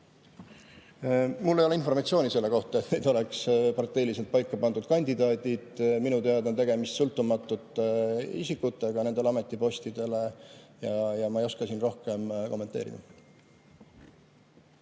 Mul ei ole informatsiooni selle kohta, et need oleks parteiliselt paika pandud kandidaadid. Minu teada on tegemist sõltumatute isikutega nendel ametipostidel ja ma ei oska siin rohkem kommenteerida.